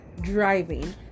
driving